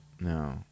No